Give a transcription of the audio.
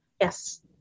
Yes